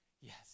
Yes